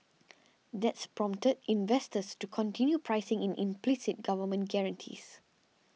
that's prompted investors to continue pricing in implicit government guarantees